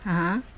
!huh!